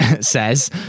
says